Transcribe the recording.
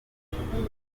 wanjye